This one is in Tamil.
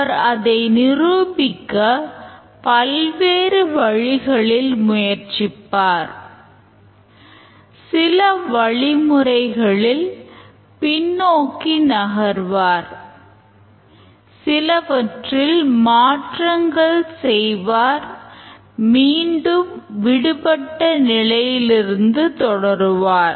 அவர் அதை நிரூபிக்க பல்வேறு வழிகளில் முயற்சிப்பார் சில வழிமுறைகளில் பின்னோக்கி நகர்வார் சிலவற்றில் மாற்றங்கள் செய்வார் மீண்டும் விடுபட்ட நிலையிலிருந்து தொடருவார்